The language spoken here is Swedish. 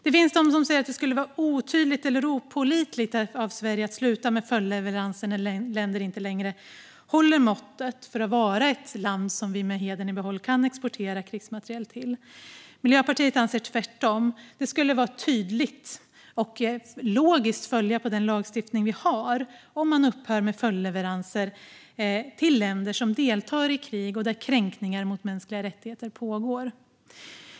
Det finns de som säger att det skulle vara otydligt eller opålitligt av Sverige att sluta med följdleveranser när länder inte längre håller måttet för att vara ett land som vi med hedern i behåll kan exportera krigsmateriel till. Miljöpartiet anser att det är tvärtom - det skulle vara tydligt och en logisk följd av den lagstiftning vi har att upphöra med följdleveranser till länder som deltar i krig och där kränkningar av mänskliga rättigheter pågår.